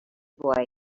boy